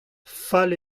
fall